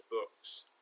books